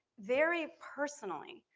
very personally,